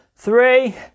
Three